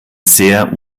sehr